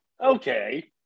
okay